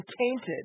tainted